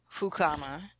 Fukama